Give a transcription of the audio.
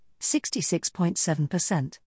66.7%